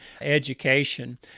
education